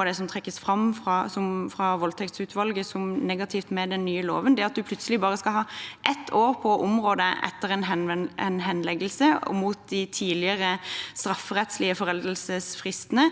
av det som trekkes fram av voldtektsutvalget som negativt med den nye loven. Plutselig skal man bare ha ett år på å områ seg etter en henleggelse, mot de tidligere strafferettslige foreldelsesfristene.